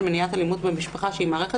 של מניעת אלימות במשפחה שהיא מערכת